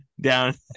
down